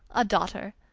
a daughter,